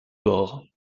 bore